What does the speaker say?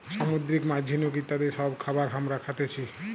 সামুদ্রিক মাছ, ঝিনুক ইত্যাদি সব খাবার হামরা খাতেছি